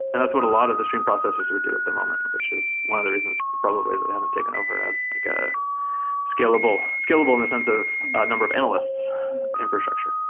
and that's what a lot of the stream processors would do at the moment, which is one of the reasons probably that they haven't taken over as like a scalable, scalable in and the sense of number of analysts infrastructure.